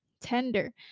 tender